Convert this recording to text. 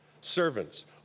Servants